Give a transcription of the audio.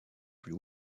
plus